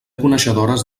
coneixedores